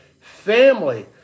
family